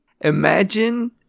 imagine